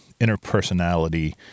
interpersonality